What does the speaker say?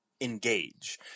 engage